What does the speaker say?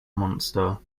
monster